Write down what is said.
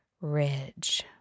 ridge